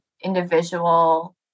individual